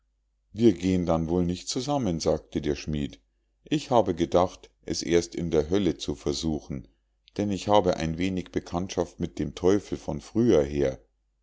wir gehen dann wohl nicht zusammen sagte der schmied ich habe gedacht es erst in der hölle zu versuchen denn ich habe ein wenig bekanntschaft mit dem teufel von früherher